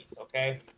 okay